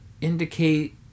indicate